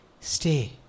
stay